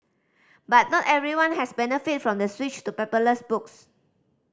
but not everyone has benefited from the switch to paperless books